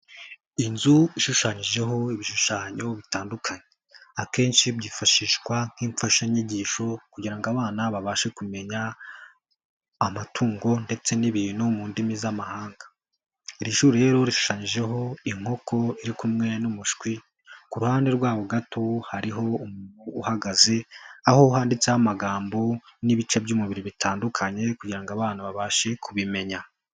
Inzu ishushanyijeho ibishushanyo bitandukanye. Akenshi byifashishwa nk'imfashanyigisho kugira ngo abana babashe kumenya amatungo ndetse n'ibintu mu ndimi z'amahanga. Iri shuri rero rishushanyijeho inkoko iri kumwe n'umushwi, ku ruhande rwaho gato hariho umuntu uhagaze aho handitseho amagambo n'ibice by'umubiri bitandukanye kugira ngo abana babashe kubimenya.